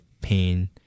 pain